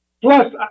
plus